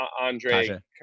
Andre